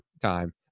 time